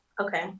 Okay